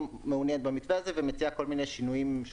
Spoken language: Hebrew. מעוניינת במתווה הזה ומציעה כל מיני שינויים.